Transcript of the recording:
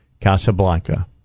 Casablanca